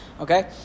Okay